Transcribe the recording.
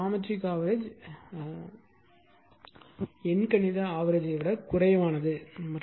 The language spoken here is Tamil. எனவே ஜியோமெட்ரிக் ஆவெரேஜ் எண்கணித ஆவெரேஜ் ஐ விடக் குறைவானது